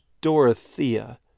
Dorothea